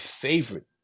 favorite